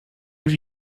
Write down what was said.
have